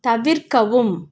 தவிர்க்கவும்